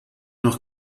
noch